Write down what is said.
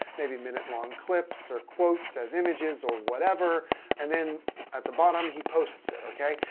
maybe minute-long clips or quotes as images or whatever and then at the bottom he posts it. okay.